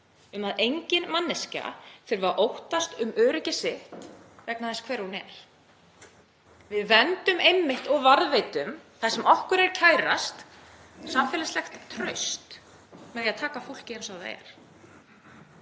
um að engin manneskja þurfi að óttast um öryggi sitt vegna þess hver hún er. Við verndum einmitt og varðveitum það sem okkur er kærast, samfélagslegt traust, með því að taka fólki eins og það er.